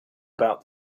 about